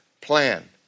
plan